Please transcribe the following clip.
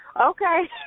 Okay